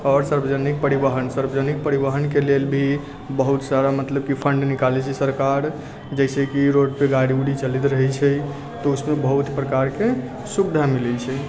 आओर सार्वजनिक परिवहन सार्वजनिक परिवहनके लेल भी बहुत कुछ सारा मतलब कि फण्ड निकालैत छै सरकार जैसेकि रोडपर गाड़ी उड़ी चलैत रहैत छै तऽ उसमे बहुत प्रकारके सुविधा मिलैत छै